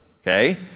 Okay